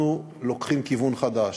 אנחנו לוקחים כיוון חדש,